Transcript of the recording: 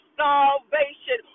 salvation